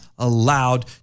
Allowed